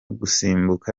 gusimbuka